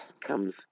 comes